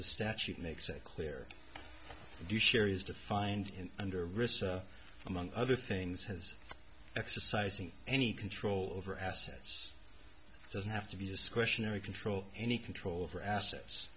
the statute makes a clear do share is defined in under risk among other things has exercising any control over assets doesn't have to be discretionary control any control over